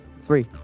Three